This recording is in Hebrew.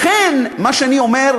באמת,